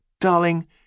Darling